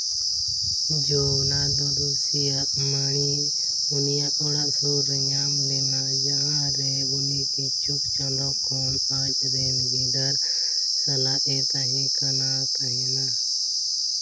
ᱡᱚᱣᱱᱟ ᱫᱩᱫᱩᱥᱤᱭᱟᱹ ᱟᱢᱟᱱᱤ ᱩᱱᱤᱭᱟᱜ ᱚᱲᱟᱜ ᱥᱩᱨ ᱨᱮ ᱧᱟᱢ ᱞᱮᱱᱟ ᱡᱟᱦᱟᱸ ᱨᱮ ᱩᱱᱤ ᱠᱤᱪᱷᱩ ᱪᱟᱸᱫᱚ ᱠᱷᱚᱱ ᱟᱡᱽ ᱨᱮᱱ ᱜᱤᱫᱟᱹᱨ ᱥᱟᱞᱟᱜᱼᱮ ᱛᱟᱦᱮᱸ ᱠᱟᱱᱟ ᱛᱟᱦᱮᱱᱟ